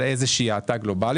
אבל יש איזו שהיא האטה גלובאלית.